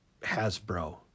Hasbro